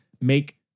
make